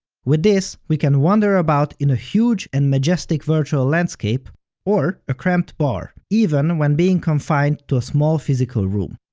with this, we can wander about in a huge and majestic virtual landscape or a cramped bar, even when being confined to a small physical room.